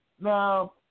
Now